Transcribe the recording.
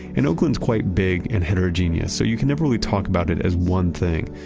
and oakland's quite big and heterogeneous, so you can never really talk about it as one thing.